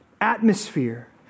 atmosphere